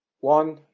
one